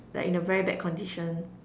like in a very bad condition